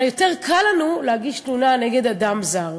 יותר קל לנו להגיש תלונה נגד אדם זר.